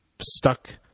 stuck